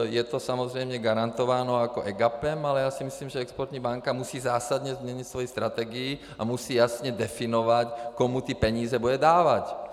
Je to samozřejmě garantováno EGAPem, ale já si myslím, že exportní banka musí zásadně změnit svou strategii a musí jasně definovat, komu ty peníze bude dávat.